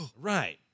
Right